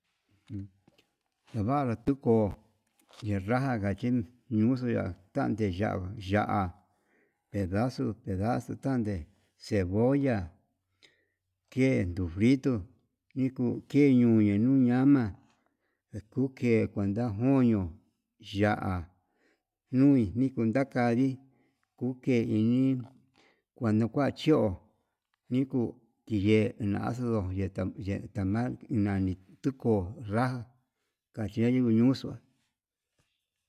Uun kevaru tukuu ñe raja jan chin ñudua ta'a, ndeya'á ya'á pedazo pedazo tunde cebolla kendo frito ikuu keñuñu, nuu ñama'a kuu ke kuenta juño, ya'á nui nikunda kandi kuu ke ini kuando ka'a chi'ó nikuu tiye naxuu ta yee tamal nani tuu konroa kañeño yuxua.